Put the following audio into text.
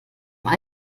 ich